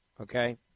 okay